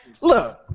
Look